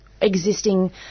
existing